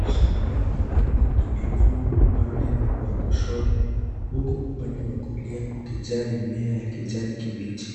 Shambani ardhi imelimwa upande wa kushoto huku upande wa kulia ukijaa mimea ya kijani kibichi.